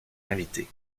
invité